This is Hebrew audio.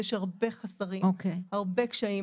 יש הרבה חוסרים וקשיים,